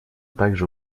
также